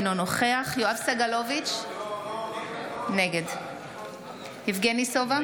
אינו נוכח יואב סגלוביץ' נגד יבגני סובה,